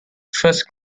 first